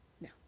no